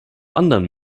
anderen